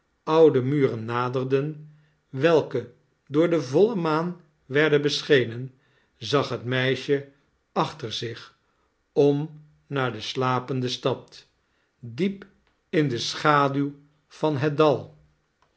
oude muren naderden welke door de voile maan werden beschenen zag het meisje achter zich om naar de slapende stad diep in de schaduw van het dal